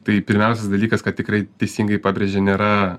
tai pirmiausias dalykas ką tikrai teisingai pabrėžė nėra